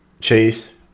Chase